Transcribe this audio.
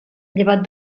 llevat